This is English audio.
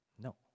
No